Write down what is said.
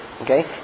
Okay